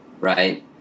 right